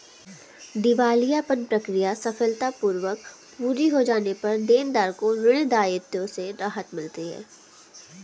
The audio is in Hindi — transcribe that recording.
दिवालियापन प्रक्रिया सफलतापूर्वक पूरी हो जाने पर देनदार को ऋण दायित्वों से राहत मिलती है